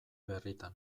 berritan